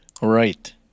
right